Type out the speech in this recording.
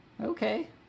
Okay